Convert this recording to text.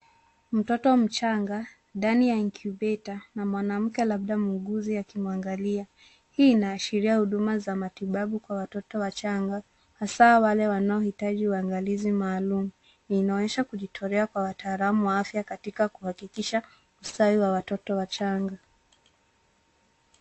Mtoto mchanga ndani ya[cs ] incubator[cs ] na mwanamke labda muuguzi akimwangalia. Hii inaashiria huduma za matibabu kwa watoto wachanga hasa wale wanao hitaji uangalizi maalum. Inaonyesha kujitotea kwa wataalam wa afya katika kuhakikisha kustawi kwa watoto wachanga.